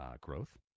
growth